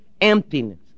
emptiness